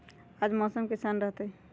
आज मौसम किसान रहतै?